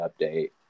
update